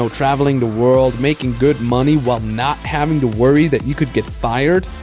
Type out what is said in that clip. so traveling the world, making good money while not having to worry that you could get fired?